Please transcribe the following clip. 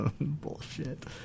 Bullshit